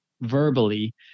verbally